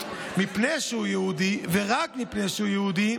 מפני שהוא יהודי ורק מפני שהוא יהודי,